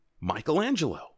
Michelangelo